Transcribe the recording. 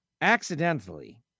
accidentally